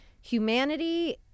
humanity